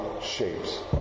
shapes